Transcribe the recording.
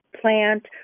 plant